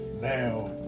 Now